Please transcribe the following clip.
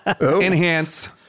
enhance